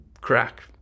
crack